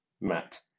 Matt